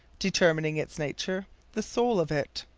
determining its nature the soul of it.